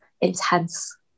intense